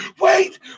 wait